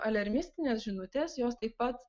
aliarmistinės žinutes jos taip pat